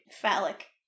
phallic